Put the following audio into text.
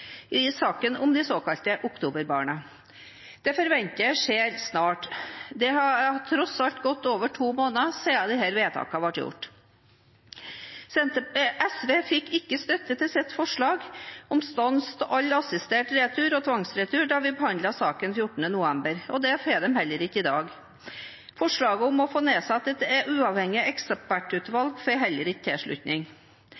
i saken om de såkalte oktoberbarna. Det forventer jeg at skjer snart. Det har tross alt gått over to måneder siden vedtakene ble gjort. SV fikk ikke støtte til sitt forslag om stans av all assistert retur og tvangsretur da vi behandlet saken 14. november, og det får de heller ikke i dag. Forslaget om å få nedsatt et